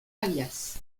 alias